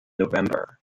november